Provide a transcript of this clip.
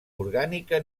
orgànica